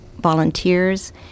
volunteers